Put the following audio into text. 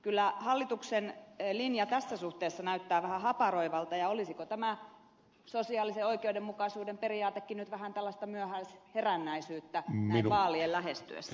kyllä hallituksen linja tässä suhteessa näyttää vähän haparoivalta ja olisiko tämä sosiaalisen oikeudenmukaisuuden periaatekin nyt vähän tällaista myöhäisherännäisyyttä näin vaalien lähestyessä